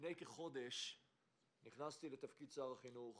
לפני כחודש נכנסתי לתפקיד שר החינוך.